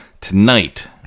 Tonight